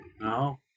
No